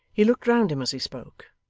he looked round him as he spoke,